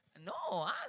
No